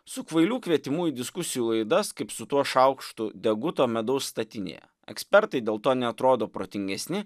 su kvailių kvietimu į diskusijų laidas kaip su tuo šaukštu deguto medaus statinėje ekspertai dėl to neatrodo protingesni